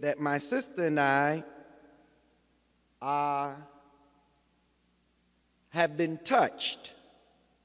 that my sister and i have been touched